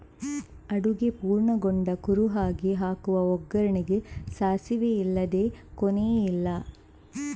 ಅಡುಗೆ ಪೂರ್ಣಗೊಂಡ ಕುರುಹಾಗಿ ಹಾಕುವ ಒಗ್ಗರಣೆಗೆ ಸಾಸಿವೆ ಇಲ್ಲದೇ ಕೊನೆಯೇ ಇಲ್ಲ